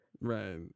Right